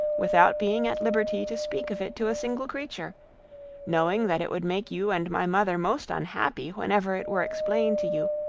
without being at liberty to speak of it to a single creature knowing that it would make you and my mother most unhappy whenever it were explained to you,